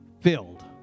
filled